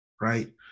right